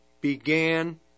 began